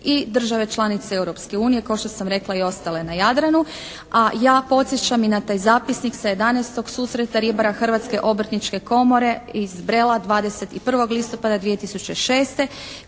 i države članice Europske unije, kao što sam rekla i ostale na Jadranu. A ja podsjećam i na taj zapisnik sa 11. susreta ribara Hrvatske obrtničke komore iz Brela, 21. listopada 2006.